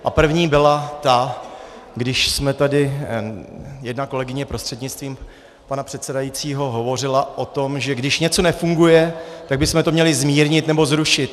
První byla ta, když tady jedna kolegyně prostřednictvím pana předsedajícího hovořila o tom, že když něco nefunguje, tak bychom to měli zmírnit nebo zrušit.